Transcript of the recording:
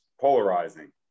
polarizing